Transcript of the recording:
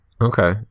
okay